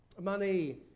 Money